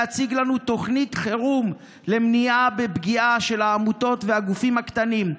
להציג לנו תוכנית חירום למניעת פגיעה בעמותות ובגופים הקטנים.